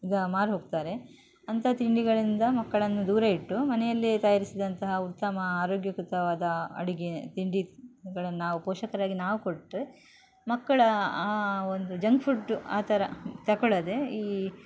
ಈಗ ಮಾರು ಹೋಗ್ತಾರೆ ಅಂಥ ತಿಂಡಿಗಳಿಂದ ಮಕ್ಕಳನ್ನು ದೂರ ಇಟ್ಟು ಮನೆಯಲ್ಲೆ ತಯಾರಿಸಿದಂತಹ ಉತ್ತಮ ಆರೋಗ್ಯಕೃತವಾದ ಅಡಿಗೆ ತಿಂಡಿಗಳನ್ನು ನಾವು ಪೋಷಕರಾಗಿ ನಾವು ಕೊಟ್ಟರೆ ಮಕ್ಕಳ ಆ ಒಂದು ಜಂಗ್ ಫುಡ್ ಆ ಥರ ತಗೊಳದೆ ಈ